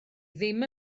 ddim